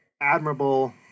admirable